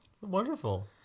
Wonderful